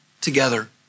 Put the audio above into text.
together